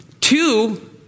two